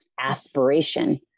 aspiration